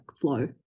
flow